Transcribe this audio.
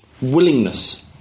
willingness